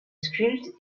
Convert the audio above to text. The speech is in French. sculpte